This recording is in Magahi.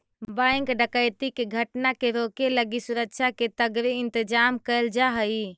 बैंक डकैती के घटना के रोके लगी सुरक्षा के तगड़े इंतजाम कैल जा हइ